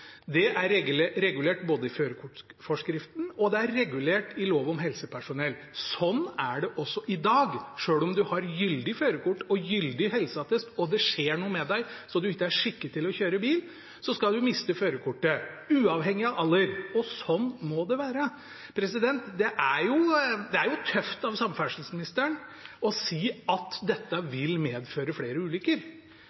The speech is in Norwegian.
Det er regulert både i førerkortforskriften og i lov om helsepersonell. Sånn er det også i dag. Selv om du har gyldig førerkort og gyldig helseattest – og det skjer noe med deg så du ikke er skikket til å kjøre bil, da skal du miste førerkortet, uavhengig av alder, og sånn må det være. Det er jo tøft av samferdselsministeren å si at dette